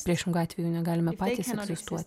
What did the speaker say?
priešingu atveju negalime patys egzistuoti